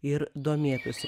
ir domėtųsi